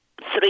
three